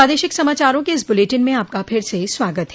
प्रादेशिक समाचारों के इस बुलेटिन में आपका फिर से स्वागत है